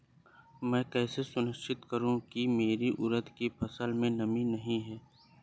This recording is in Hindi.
मैं कैसे सुनिश्चित करूँ की मेरी उड़द की फसल में नमी नहीं है?